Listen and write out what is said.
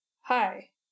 hi